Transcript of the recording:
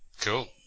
Cool